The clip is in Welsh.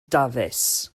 dafis